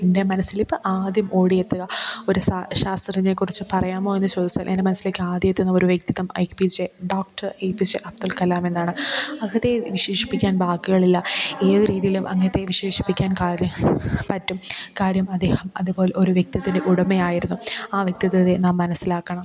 എൻ്റെ മനസ്സിലിപ്പോള് ആദ്യം ഓടിയെത്തുക ഒരു സാ ശാസ്ത്രജ്ഞനെ കുറിച്ച് പറയാമോ എന്ന് ചോദിച്ചാൽ എൻ്റെ മനസ്സിലേക്കാദ്യമെത്തുന്ന ഒരു വ്യക്തിത്വം A P J doctor A P J Abdul കലാമെന്നാണ് അദ്ദേഹത്തെ വിശേഷിപ്പിക്കാൻ വാക്കുകളില്ല ഏത് രീതിയിലും അങ്ങേത്തെ വിശേഷിപ്പിക്കാൻ കാര്യം പറ്റും കാര്യം അദ്ദേഹം അതുപോലെ ഒരു വ്യക്തിത്വത്തിൻ്റെ ഉടമയായിരുന്നു ആ വ്യക്തിത്വത്തെ നാം മനസിലാക്കണം